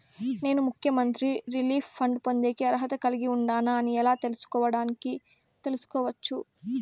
నేను ముఖ్యమంత్రి relief fund పొందేకి అర్హత కలిగి ఉండానా అని ఎలా తెలుసుకోవడానికి తెలుసుకోవచ్చు